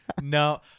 No